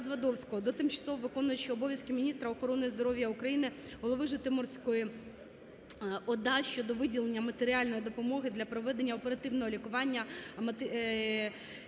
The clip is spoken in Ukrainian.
до тимчасово виконуючої обов'язки міністра охорони здоров'я України, голови Житомирської ОДА щодо виділення матеріальної допомоги для проведення оперативного лікування